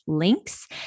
links